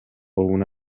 una